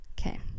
Okay